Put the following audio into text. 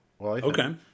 Okay